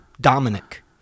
dominic